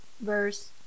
verse